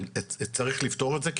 צריך לפתור את זה,